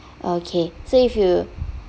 okay so if you